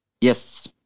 Yes